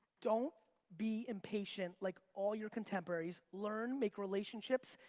don't be impatient like all your contemporaries. learn, make relationships,